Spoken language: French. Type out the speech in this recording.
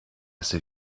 ses